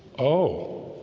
oh